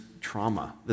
trauma